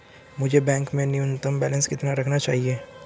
मुझे बैंक में न्यूनतम बैलेंस कितना रखना चाहिए?